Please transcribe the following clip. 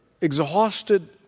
exhausted